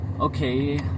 okay